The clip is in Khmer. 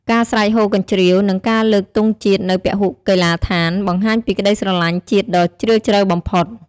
ការស្រែកហ៊ោកញ្ជ្រៀវ និងការលើកទង់ជាតិនៅពហុកីឡដ្ឋាន បង្ហាញពីក្តីស្រលាញ់ជាតិដ៏ជ្រាលជ្រៅបំផុត។